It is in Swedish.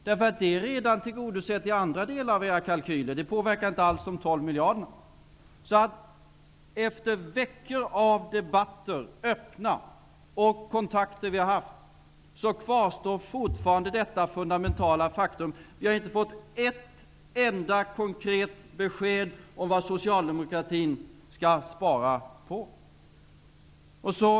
Det är redan tillgodosett i andra delar av era kalkyler och påverkar inte alls de 12 miljarder kronorna. Efter veckor av öppna debatter och efter de kontakter vi haft kvarstår fortfarande detta fundamentala faktum: vi har inte fått ett enda konkret besked om vad Socialdemokraterna skall spara på.